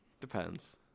Depends